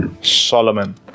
Solomon